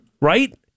right